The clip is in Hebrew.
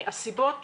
הסיבות